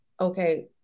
okay